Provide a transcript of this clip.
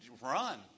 Run